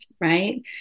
Right